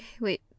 Wait